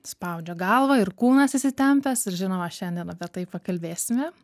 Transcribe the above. spaudžia galvą ir kūnas įsitempęs ir žinoma šiandien apie tai pakalbėsime